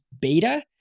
beta